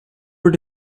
were